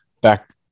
back